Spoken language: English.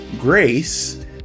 Grace